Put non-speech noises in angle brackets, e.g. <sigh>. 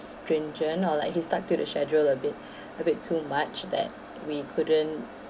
stringent or like he stuck to the schedule a bit <breath> a bit too much that we couldn't